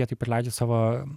jie taip pat leidžia savo